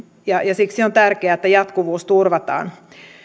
ja siksi on tärkeää että jatkuvuus turvataan